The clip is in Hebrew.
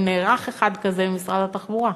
אם נערך אחד כזה במשרד התחבורה.